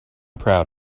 proud